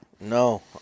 No